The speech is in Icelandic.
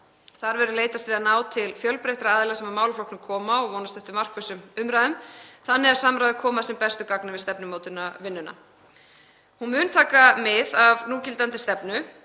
Þar verður leitast við að ná til fjölbreyttra aðila sem að málaflokknum koma og er vonast eftir markvissum umræðum þannig að samráðið komi að sem bestu gagni við stefnumótunarvinnuna. Hún mun taka mið af núgildandi stefnu